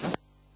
Hvala